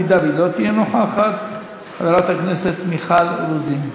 אם היא לא תהיה נוכחת, חברת הכנסת מיכל רוזין.